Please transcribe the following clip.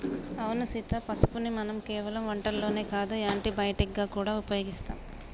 అవును సీత పసుపుని మనం కేవలం వంటల్లోనే కాదు యాంటీ బయటిక్ గా గూడా ఉపయోగిస్తాం